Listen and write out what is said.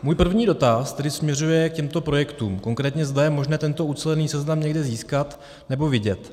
Můj první dotaz tedy směřuje k těmto projektům, konkrétně, zda je možné tento ucelený seznam někde získat nebo vidět.